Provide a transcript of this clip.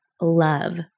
love